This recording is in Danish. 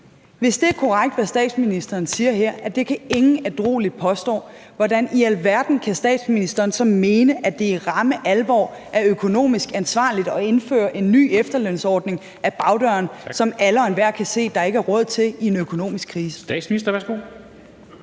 Hvis det er korrekt, hvad statsministeren siger her, nemlig at det kan ingen ædrueligt påstå, hvordan i alverden kan statsministeren så i ramme alvor mene, at det er økonomisk ansvarligt at indføre en ny efterlønsordning ad bagdøren, som alle og enhver kan se der ikke er råd til i en økonomisk krise?